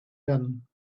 done